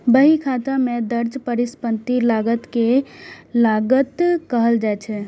बहीखाता मे दर्ज परिसंपत्ति लागत कें लागत कहल जाइ छै